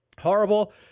horrible